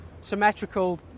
symmetrical